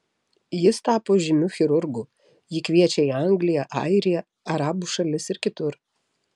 jis tapo žymiu chirurgu jį kviečia į angliją airiją arabų šalis ir kitur